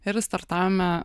ir startavome